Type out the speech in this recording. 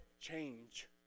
change